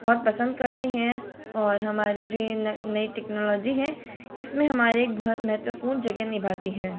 बहुत पसंद करते हैं और हमारी जो इन नई टेक्नोलॉजी हैं इसमें हमारे एक बहुत महत्वपूर्ण जगह निभाती हैं